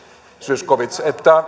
zyskowicz